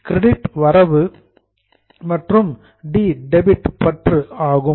credit வரவு மற்றும் debit பற்று ஆகும்